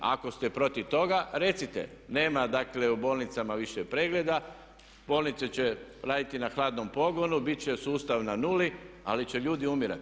Ako ste protiv toga recite, nema dakle u bolnicama više pregleda, bolnice će raditi na hladnom pogonu, bit će sustav na nuli, ali će ljudi umirati.